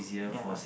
ya